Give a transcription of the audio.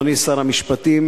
אדוני שר המשפטים,